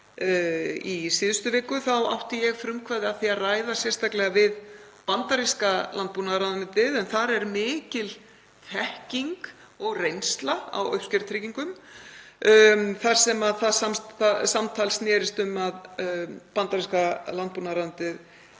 í síðustu viku, átti ég frumkvæði að því að ræða sérstaklega við bandaríska landbúnaðarráðuneytið en þar er mikil þekking og reynsla á uppskerutryggingum. Það samtal snerist um að bandaríska landbúnaðarráðuneytið